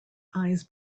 eyes